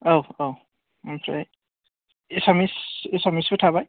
औ औ ओमफ्राय एसामिस एसामिसबो थाबाय